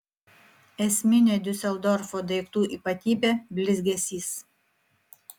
esminė diuseldorfo daiktų ypatybė blizgesys